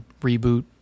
reboot